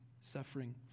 suffering